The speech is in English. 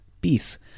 peace